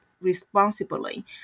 responsibly